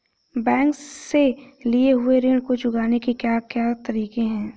Bank से लिए हुए ऋण को चुकाने के क्या क्या तरीके हैं?